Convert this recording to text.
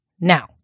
now